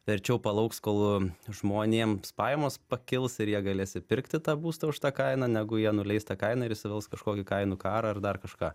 verčiau palauks kol žmonėms pajamos pakils ir jie galės įpirkti tą būstą už tą kainą negu jie nuleis tą kainą ir įsivels kažkokį kainų karą ar dar kažką